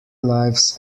lives